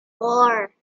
four